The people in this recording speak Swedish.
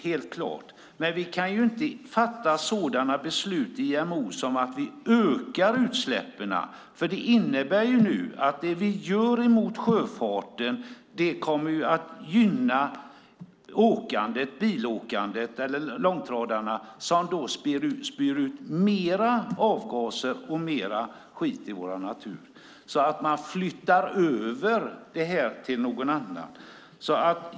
Vi kan dock inte fatta beslut i IMO om att kraftigt minska utsläppen, för det vi då gör mot sjöfarten kommer att gynna långtradarna som spyr ut mer avgaser och skit i vår natur. Man flyttar över det till någon annan.